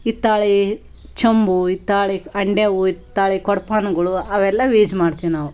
ಹಿತ್ತಾಳೆ ಚಂಬು ಹಿತ್ತಾಳೆ ಹಂಡೆವು ಹಿತ್ತಾಳೆ ಕೊಡಪಾನಗಳು ಅವೆಲ್ಲ ವೀಜ್ ಮಾಡ್ತಿವಿ ನಾವು